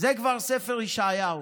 זה כבר ספר ישעיהו,